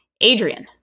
Adrian